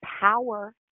power